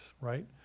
right